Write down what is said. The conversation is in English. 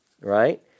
right